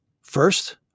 First